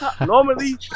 normally